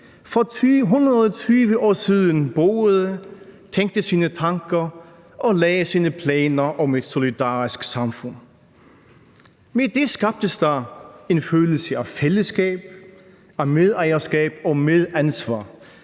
for 120 år siden boede, tænkte sine tanker og lagde sine planer om et solidarisk samfund. Med det skabtes der en følelse af fællesskab, af medejerskab og af medansvar,